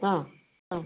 ആ അ